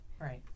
Right